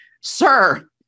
sir